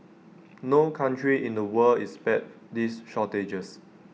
no country in the world is spared these shortages